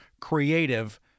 creative